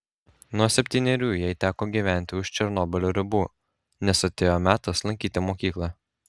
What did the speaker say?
nuo septynerių jai teko gyventi už černobylio ribų nes atėjo metas lankyti mokyklą